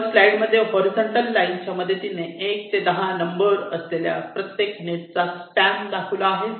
वर स्लाईड मध्ये horizontal line च्या मदतीने एक ते दहापर्यंत नंबर असलेल्या प्रत्येक नेटचा स्पॅन दाखविला आहे